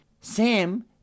Sam